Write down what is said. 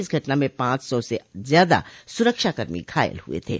इस घटना में पांच सौ से ज्यादा सुरक्षाकर्मी घायल हुए थे